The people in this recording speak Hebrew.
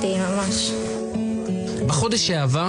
בעצם